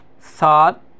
thought